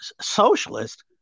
socialist